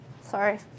Sorry